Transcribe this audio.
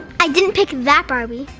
i didn't pick that barbie,